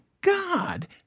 God